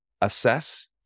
assess